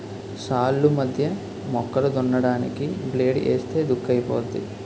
సాల్లు మధ్య మొక్కలు దున్నడానికి బ్లేడ్ ఏస్తే దుక్కైపోద్ది